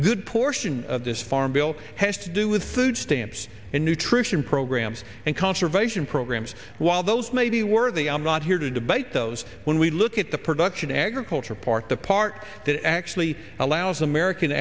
good portion of this farm bill has to do with food stamps and nutrition programs and conservation programs while those may be worthy i'm not here to debate those when we look at the production agriculture part the part that actually allows american